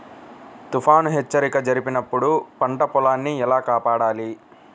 తుఫాను హెచ్చరిక జరిపినప్పుడు పంట పొలాన్ని ఎలా కాపాడాలి?